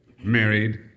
married